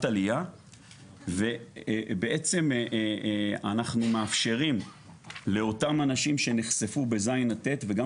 עלייה ובעצם אנחנו מאפשרים לאותם אנשים שנחשפו בז' עד ט' וגם